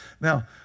Now